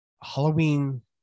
Halloween